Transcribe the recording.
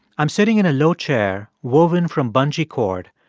i'm sitting in a low chair woven from bungee cord,